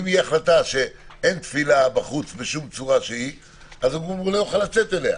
אם תהיה החלטה שאין תפילה בחוץ בשום צורה שהיא אז לא יוכלו לצאת אליה,